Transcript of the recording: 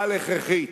אבל הכרחית.